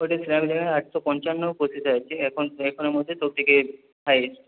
ওটার একশো পঞ্চান্ন প্রসেসর যে এখন এখনের মধ্যে সবথেকে হায়েস্ট